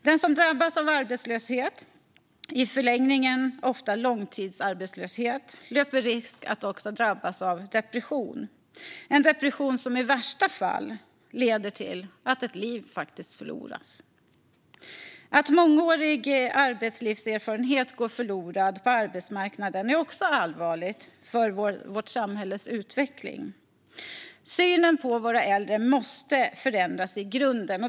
Den som drabbas av arbetslöshet, i förlängningen ofta långtidsarbetslöshet, löper risk att också drabbas av depression, en depression som i värsta fall leder till att ett liv går förlorat. Att mångårig arbetslivserfarenhet går förlorad på arbetsmarknaden är också allvarligt för vårt samhälles utveckling. Synen på våra äldre måste förändras i grunden.